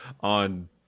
on